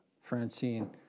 Francine